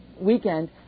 weekend